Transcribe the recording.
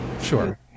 Sure